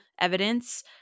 evidence